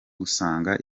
gusanga